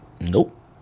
Nope